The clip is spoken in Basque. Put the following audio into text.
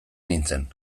nintzen